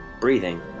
breathing